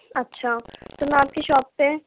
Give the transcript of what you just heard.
اچھا تو میں آپ کی شاپ پہ